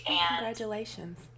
Congratulations